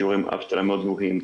שיעורי אבטלה מאוד גבוהים.